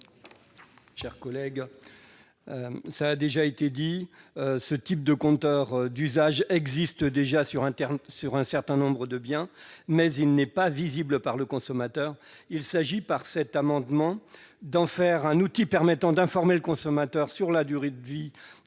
Cela a été dit : de tels compteurs d'usage sont déjà en place sur un certain nombre de biens, mais ils ne sont pas visibles par le consommateur. Il s'agit, par cet amendement, d'en faire un outil permettant d'informer le consommateur sur la durée de vie